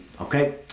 okay